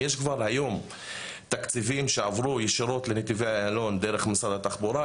יש כבר היום תקציבים שעברו ישירות לנתיבי איילון דרך משרד התחבורה,